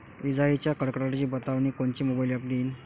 इजाइच्या कडकडाटाची बतावनी कोनचे मोबाईल ॲप देईन?